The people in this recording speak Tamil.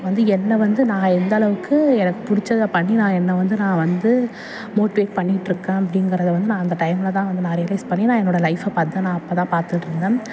வந்து என்ன வந்து நான் எந்த அளவுக்கு எனக்கு பிடிச்சத பண்ணி நான் என்ன வந்து நான் வந்து மோட்டிவேட் பண்ணிட்டு இருக்கேன் அப்படிங்கிறத வந்து நான் அந்த டைம்மில் தான் வந்து நான் ரியலைஸ் பண்ணி நான் என்னோட லைஃபை பார்த்து நான் அப்போ தான் பார்த்துட்டு இருந்தேன்